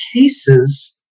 cases